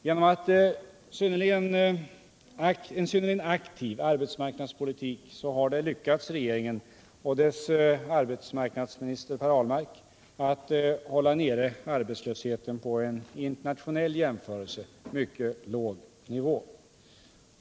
Genom en synnerligen aktiv arbetsmarknadspolitik har det lyckats regeringen och dess arbetsmarknadsminister Per Ahlmark att hålla nere arbetslösheten på en vid internationell jämförelse mycket låg nivå.